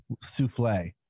souffle